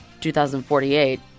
2048